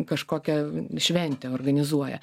kažkokią šventę organizuoja